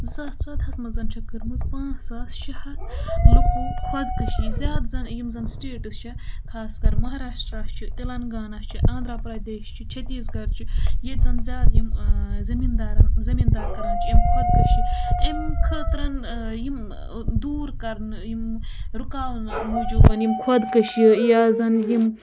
زٕ ساس ژۄدہَس منٛز چھِ کٔرمٕژ پانٛژھ ساس شےٚ ہَتھ لُکو خۄدکٔشی زیادٕ زَن یِم زَن سٹیٹٕس چھِ خاص کَر مَہراشٹرا چھُ تِلَنگانا چھُ آندھرا پرٛدیش چھُ چھَتیٖس گَر چھُ ییٚتہِ زَن زیادٕ یِم زٔمیٖندارَن زٔمیٖندار کَران چھِ اَمہِ خۄدکٔشی امہِ خٲطرَن یِم دوٗر کَرنہٕ یِم رُکاونہٕ موٗجوٗبَن یِم خۄدکٔشی یا زَن یِم